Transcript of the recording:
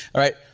right.